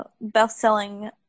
best-selling